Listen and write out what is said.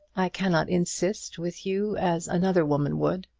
i cannot insist with you as another woman would.